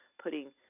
putting